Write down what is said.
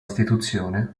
istituzione